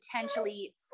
potentially